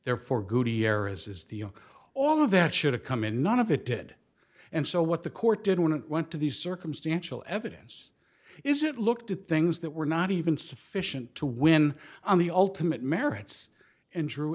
the all of that should have come in none of it did and so what the court did when it went to the circumstantial evidence is it looked at things that were not even sufficient to win on the ultimate merits and drew